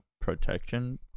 protection